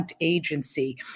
agency